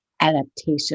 adaptation